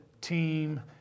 team